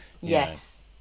yes